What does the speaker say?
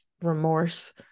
remorse